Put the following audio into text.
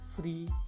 free